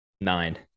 Nine